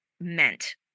meant